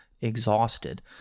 exhausted